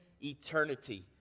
eternity